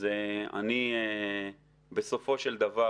אז אני בסופו של דבר